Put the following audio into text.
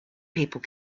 people